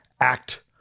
act